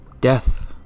Death